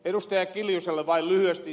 kimmo kiljuselle vain lyhyesti